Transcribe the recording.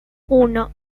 uno